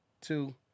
two